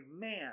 man